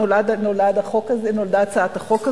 נולדה הצעת החוק הזאת,